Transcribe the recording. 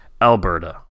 Alberta